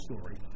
story